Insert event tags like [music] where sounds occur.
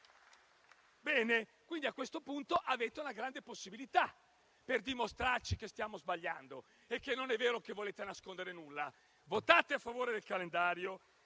[applause] A questo punto avete una grande possibilità per dimostrarci che stiamo sbagliando e che non volete nascondere nulla: votate a favore del calendario